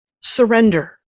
surrender